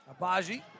Abaji